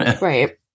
Right